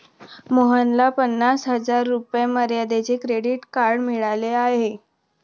मोहनला पन्नास हजार रुपये मर्यादेचे क्रेडिट कार्ड मिळाले आहे